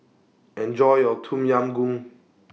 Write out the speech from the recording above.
Enjoy your Tom Yam Goong